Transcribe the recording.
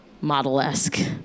model-esque